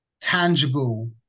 tangible